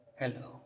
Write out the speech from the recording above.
Hello